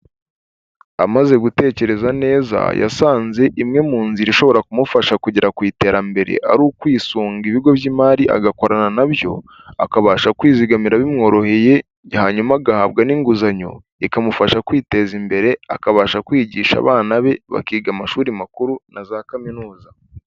Amaze gutekereza neza yasanze imwe mu nzira ishobora kumufasha kugera ku iterambere ari ukwisunga ibigo by'imari agakorana na byo, akabasha kwizigamira bimworoheye hanyuma agahabwa n'inguzanyo, ikamufasha kwiteza imbere akabasha kwigisha abana be bakiga amashuri makuru na za kaminuza.